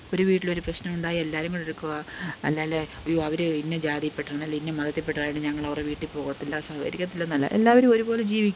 ഒരു വീട്ടിൽ ഒരു പ്രശ്നമുണ്ടായാല് എല്ലാവരും കൂടെടുക്കുവാ അല്ലാല് അയ്യോ അവര് ഇന്ന ജാതിപ്പെട്ടാണ് അല്ല ഇന്ന മതത്തില് പെട്ടതാണ് ഞങ്ങളവരെ വീട്ടില് പോകത്തില്ല സഹകരിക്കത്തില്ലെന്നല്ല എല്ലാവരും ഒരുപോലെ ജീവിക്കുക